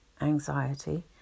anxiety